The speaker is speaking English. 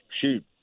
shoot